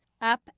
Up